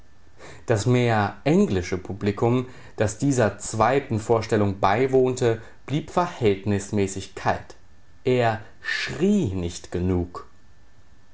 das mehr englische publikum das dieser zweiten vorstellung beiwohnte blieb verhältnismäßig kalt er schrie nicht genug